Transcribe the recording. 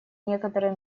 некоторые